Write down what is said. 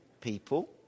people